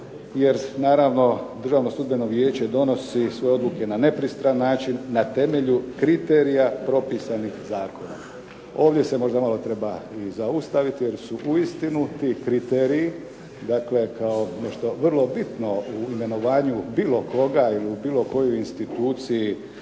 jer naravno "Državno sudbeno vijeće donosi sve odluke na nepristran način, na temelju kriterija propisanih zakonom". Ovdje se treba možda malo zaustaviti, jer su uistinu ti kriteriji dakle kao nešto vrlo bitno u imenovanju bilo koga ili u bilo kojoj instituciji